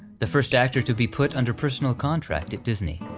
the first actor to be put under personal contract at disney,